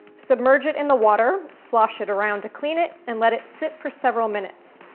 submerge it in the water, slosh it around to clean it and let it sit for several minutes.